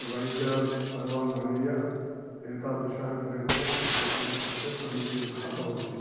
वैद्यान् सर्वान् आनीय एतादृशःं कुरुर चेत् तेषां कृते समीचीनाः भवन्ति